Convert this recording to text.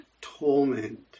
torment